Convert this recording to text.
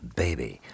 baby